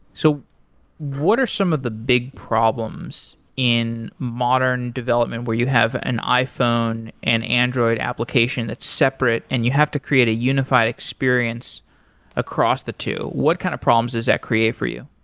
so what are some of the big problems in modern development where you have an iphone and android application that's separate and you have to create a unified experience across the two. what kind of problems does that create for you?